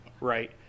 Right